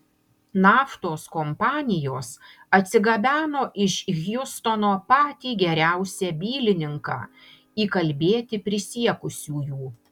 naftos kompanijos atsigabeno iš hjustono patį geriausią bylininką įkalbėti prisiekusiųjų